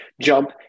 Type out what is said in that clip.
jump